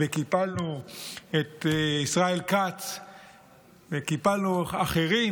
וקיפלנו את ישראל כץ, וקיפלנו אחרים.